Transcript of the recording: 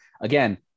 again